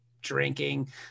drinking